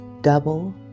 double